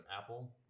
Apple